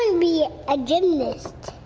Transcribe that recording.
to be a gymnast.